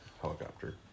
helicopter